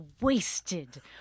Wasted